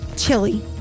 Chili